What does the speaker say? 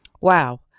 Wow